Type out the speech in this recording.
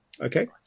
Okay